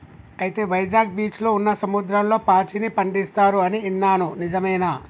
అయితే వైజాగ్ బీచ్లో ఉన్న సముద్రంలో పాచిని పండిస్తారు అని ఇన్నాను నిజమేనా